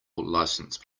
license